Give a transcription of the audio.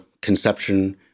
conception